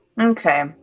Okay